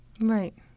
right